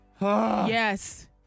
yes